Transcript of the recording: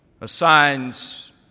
assigns